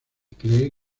cree